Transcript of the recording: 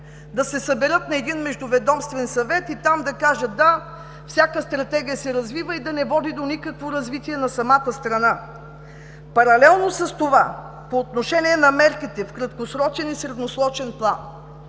да се съберат на един междуведомствен съвет и там да кажат: да, всяка стратегия се развива, и да не води до никакво развитие на самата страна. Паралелно с това по отношение на мерките в краткосрочен и средносрочен план.